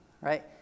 Right